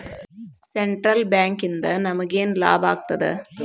Central ಬ್ಯಾಂಕಿಂದ ನಮಗೇನ್ ಲಾಭಾಗ್ತದ?